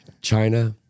China